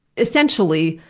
essentially,